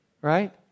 right